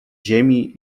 ziemi